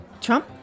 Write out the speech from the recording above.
Trump